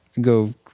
go